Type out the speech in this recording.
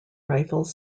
rifles